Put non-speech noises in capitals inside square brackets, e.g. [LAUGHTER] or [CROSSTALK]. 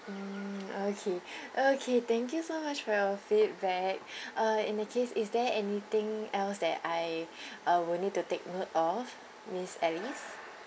mm okay [BREATH] okay thank you so much for your feedback [BREATH] uh in that case is there anything else that I [BREATH] uh will need to take note of miss alice